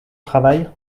travail